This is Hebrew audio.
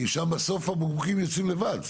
כי שם בסוף המומחים יוצאים לבד.